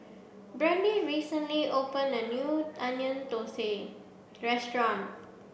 Brandy recently opened a new Onion Thosai Restaurant